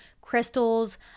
crystals